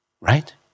right